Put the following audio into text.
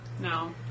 No